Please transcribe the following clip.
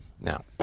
Now